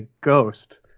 ghost